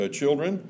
children